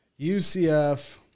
UCF